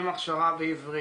העולה מראש עם הכשרה בעברית,